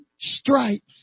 stripes